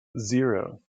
zero